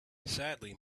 sadly